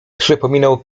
przypominał